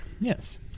yes